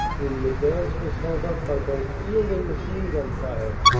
when the advance was held up by both field and machine-gun fire,